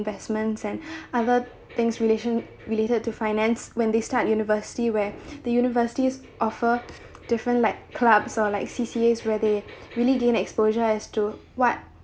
investments and other things relation related to finance when they start university where the university's offer different like clubs or like C_C_A were they really didn't exposure as to what